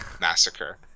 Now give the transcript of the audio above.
Massacre